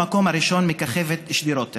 במקום הראשון מככבת שדרות,